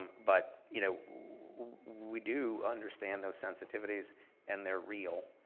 but you know we do understand those sensitivities and they're real,